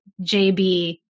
JB